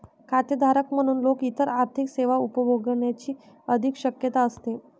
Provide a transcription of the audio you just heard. खातेधारक म्हणून लोक इतर आर्थिक सेवा उपभोगण्याची अधिक शक्यता असते